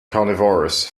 carnivorous